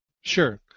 Sure